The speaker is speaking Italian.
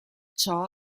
ciò